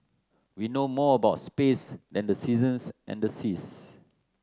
we know more about space than the seasons and the seas